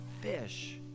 fish